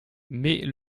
mais